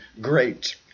great